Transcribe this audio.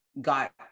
got